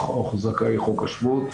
זכאי חוק השבות.